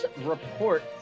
Report